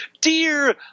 Dear